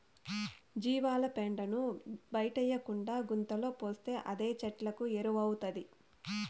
జీవాల పెండను బయటేయకుండా గుంతలో పోస్తే అదే చెట్లకు ఎరువౌతాది